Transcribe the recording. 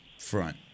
front